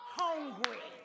hungry